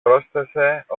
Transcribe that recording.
πρόσθεσε